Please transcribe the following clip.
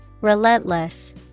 relentless